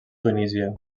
tunísia